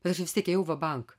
ir aš vis tiek ėjau va bank